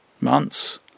months